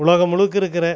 உலகம் முழுக்க இருக்கிற